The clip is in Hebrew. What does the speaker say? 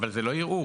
אבל זה לא ערעור.